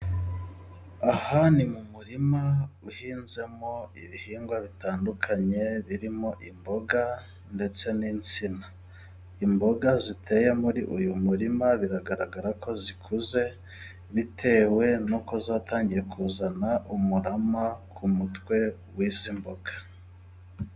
Aha ni mu murima uhinzemo ibihingwa bitandukanye, birimo imboga, ndetse n'insina. Imboga ziteye muri uyu murima, biragaragara ko zikuze bitewe n'uko zatangiye kuzana umurama ku mutwe w'izi mboga.